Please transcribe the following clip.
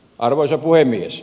arvoisa puhemies